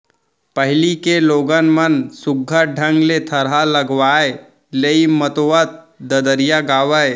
पहिली के लोगन मन सुग्घर ढंग ले थरहा लगावय, लेइ मतोवत ददरिया गावयँ